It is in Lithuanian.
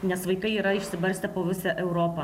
nes vaikai yra išsibarstę po visą europą